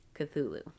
Cthulhu